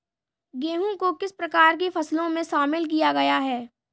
गेहूँ को किस प्रकार की फसलों में शामिल किया गया है?